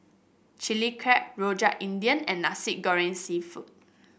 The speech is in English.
Chilli Crab Rojak India and Nasi Goreng seafood